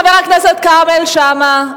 חבר הכנסת כרמל שאמה,